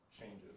changes